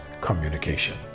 communication